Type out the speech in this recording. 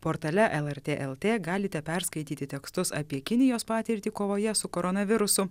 portale lrt lt galite perskaityti tekstus apie kinijos patirtį kovoje su koronavirusu